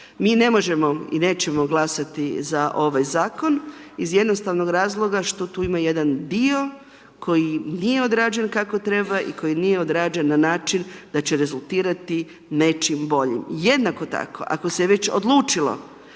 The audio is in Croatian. mi ne možemo i nećemo glasati za ovaj Zakon iz jednostavnog razloga što tu ima jedan dio koji nije odrađen kako treba i koji nije odrađen na način da će rezultirati nečim boljim. Jednako tako ako se već odlučilo